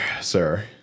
sir